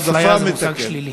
אפליה זה מושג שלילי.